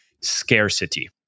Scarcity